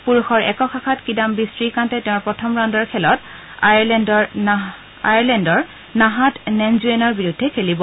পুৰুষৰ একক শাখাত কিদাম্বি শ্ৰীকান্তে তেওঁৰ প্ৰথম ৰাউণ্ডৰ খেলত আয়াৰলেণ্ডৰ নাহাত নেনজুয়েনৰ বিৰুদ্ধে খেলিব